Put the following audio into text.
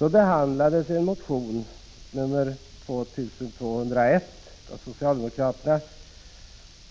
en motion i frågan, nr 2201, av socialdemokraterna.